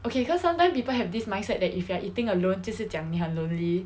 okay cause sometimes people have this mindset that if you are eating alone 就是讲你很 lonely